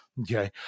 Okay